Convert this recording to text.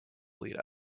lead